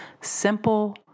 Simple